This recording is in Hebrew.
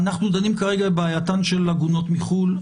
אנחנו דנים כרגע בבעייתן של עגונות מחו"ל.